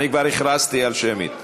אני כבר הכרזתי על שמית.